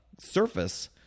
surface